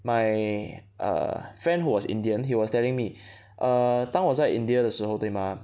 my err friend who was Indian he was telling me err 当我在 India 的时候对吗